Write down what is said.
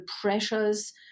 pressures